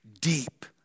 deep